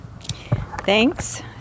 Thanks